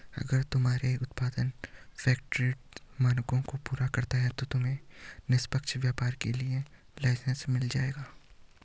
अगर तुम्हारे उत्पाद फेयरट्रेड मानकों को पूरा करता है तो तुम्हें निष्पक्ष व्यापार के लिए लाइसेन्स मिल जाएगा